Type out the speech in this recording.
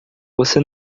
você